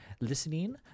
listening